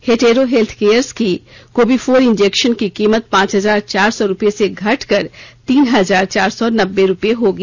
hetero Healthcares की Covifor injection की कीमत पांच हजार चार सौ रुपए से घटकर तीन हजार चार सौ नब्बे रूपए होगी